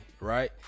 Right